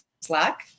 slack